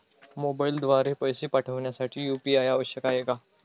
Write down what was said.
मोबाईलद्वारे पैसे पाठवण्यासाठी यू.पी.आय आवश्यक आहे का?